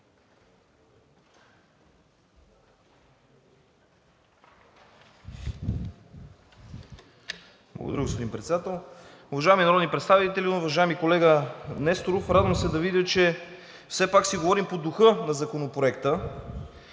Благодаря, господин Председател. Уважаеми народни представители! Уважаеми колега Несторов, радвам се да видя, че все пак си говорим по духа на Законопроекта,